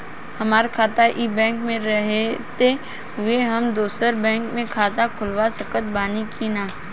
हमार खाता ई बैंक मे रहते हुये हम दोसर बैंक मे खाता खुलवा सकत बानी की ना?